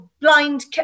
blind